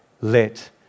let